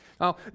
Now